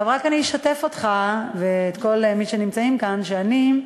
אני רק אשתף אותך ואת כל מי שנמצאים כאן שאני,